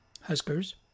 Huskers